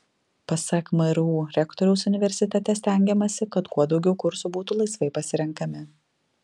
pasak mru rektoriaus universitete stengiamasi kad kuo daugiau kursų būtų laisvai pasirenkami